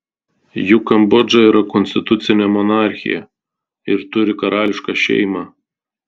juk kambodža yra konstitucinė monarchija ir turi karališką šeimą